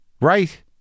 right